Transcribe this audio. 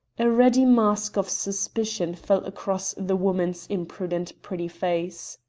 a ready mask of suspicion fell across the woman's impudent pretty face.